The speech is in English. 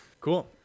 Cool